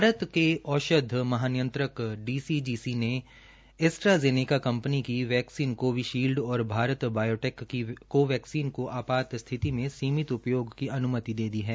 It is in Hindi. भारत के औषध् महानियंत्रक डीसीजीसी ने एसट्राज़ेनेका कंपनी की वैक्सीन कोविशील्ड और भारत बायोटेक की कोवैक्सीन को आपात स्थिति में समिति उपयोग की अनुमति दे दी है